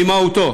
ממהותו.